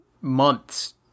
months